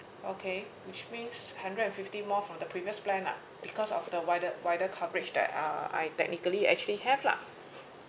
okay which means hundred fifty more for the previous plan lah because of the wider wider coverage that uh I technically actually have lah